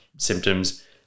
symptoms